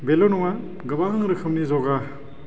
बेल' नङा गोबां रोखोमनि जगा